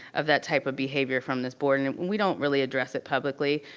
of that type of behavior from this board and we don't really address it publicly.